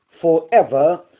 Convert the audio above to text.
forever